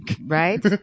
Right